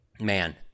man